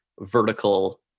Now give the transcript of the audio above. vertical